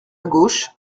gauche